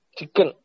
Chicken